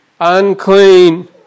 unclean